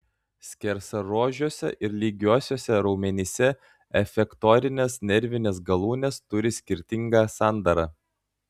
skersaruožiuose ir lygiuosiuose raumenyse efektorinės nervinės galūnės turi skirtingą sandarą